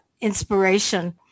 inspiration